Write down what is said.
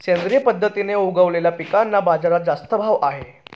सेंद्रिय पद्धतीने उगवलेल्या पिकांना बाजारात जास्त भाव आहे